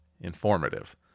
informative